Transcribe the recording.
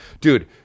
Dude